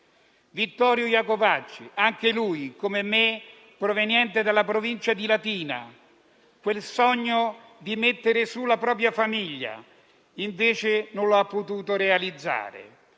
Vittorio Iacovacci, anche lui, come me, proveniente dalla provincia di Latina e quel sogno di mettere su la propria famiglia che non ha potuto realizzare.